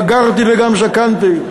בגרתי וגם זקנתי,